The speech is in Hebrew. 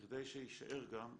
כדי שיישאר גם,